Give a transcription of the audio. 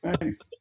Nice